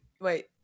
Wait